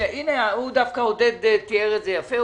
עודד דווקא תיאר את זה יפה.